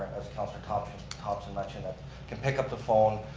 as councilor thomson thomson mentioned, that can pick up the phone,